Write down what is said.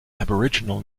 aboriginal